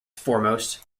foremost